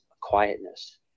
quietness